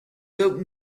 open